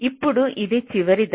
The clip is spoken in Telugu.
ఇప్పుడు ఇది చివరి దశ